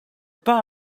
pas